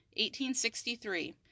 1863